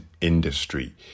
industry